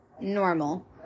normal